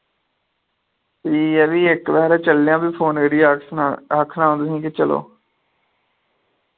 ठीक ऐ फ्ही इक बजे हारे चलनेआं फ्ही फोन करियै आक्खना तुसें कि चलो